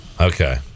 Okay